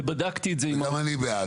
ובדקתי את זה --- גם אני בעד.